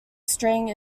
string